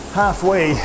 halfway